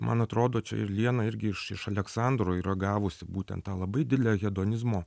man atrodo čia ir liena irgi iš iš aleksandro yra gavusi būtent tą labai didelę hedonizmo